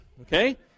okay